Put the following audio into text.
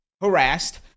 harassed